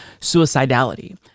suicidality